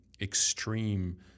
extreme